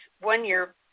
one-year